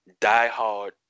diehard